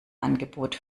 angebot